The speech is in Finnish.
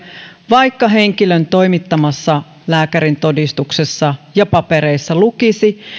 vaikka henkilön toimittamassa lääkärintodistuksessa ja papereissa lukisi